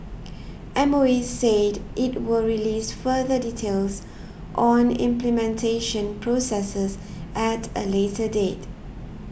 M O E said it will release further details on implementation processes at a later date